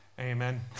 Amen